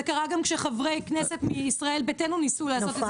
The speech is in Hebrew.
זה קרה גם כשחברי כנסת מישראל ביתנו ניסו לעשות את זה,